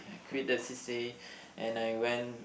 I quit that c_c_a and I went